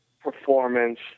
performance